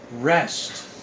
rest